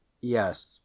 yes